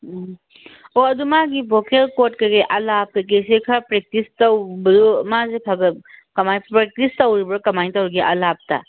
ꯎꯝ ꯑꯣ ꯑꯗꯨ ꯃꯥꯒꯤ ꯚꯣꯀꯦꯜ ꯀꯣꯔꯠ ꯀꯩ ꯀꯩ ꯑꯂꯥ ꯀꯩꯀꯩꯁꯦ ꯈ꯭ꯔ ꯄ꯭ꯔꯦꯛꯇꯤꯁ ꯇꯧꯕꯗꯨ ꯃꯁꯦ ꯈꯔ ꯈꯔ ꯀꯃꯥꯏ ꯄ꯭ꯔꯦꯛꯇꯤꯁ ꯇꯧꯔꯤꯕ ꯀꯥꯃꯥꯏꯅ ꯇꯧꯔꯤꯒꯦ ꯑꯂꯥꯞꯇ